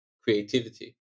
creativity